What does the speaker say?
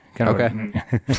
Okay